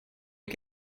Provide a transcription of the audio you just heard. you